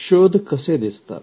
शोध कसे दिसतात